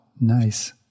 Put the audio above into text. Nice